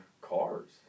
cars